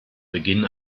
beginn